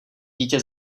dítě